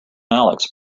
alex